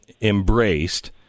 embraced